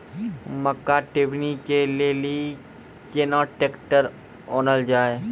मक्का टेबनी के लेली केना ट्रैक्टर ओनल जाय?